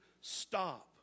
stop